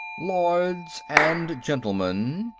lords and gentlemen,